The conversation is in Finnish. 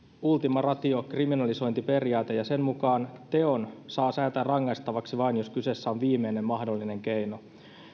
ultima ratio kriminalisointiperiaate ja sen mukaan teon saa säätää rangaistavaksi vain jos kyseessä on viimeinen mahdollinen keino